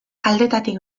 aldetatik